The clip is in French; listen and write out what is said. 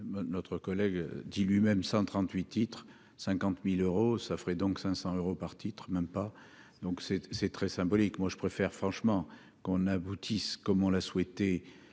notre collègue dit lui-même : 138 titres 50000 euros ça fait donc 500 euros par titre même pas donc c'est c'est très symbolique, moi je préfère franchement qu'on aboutisse, comme on l'a souhaité